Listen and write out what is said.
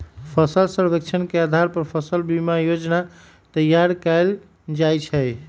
फसल सर्वेक्षण के अधार पर फसल बीमा जोजना तइयार कएल जाइ छइ